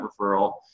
referral